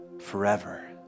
forever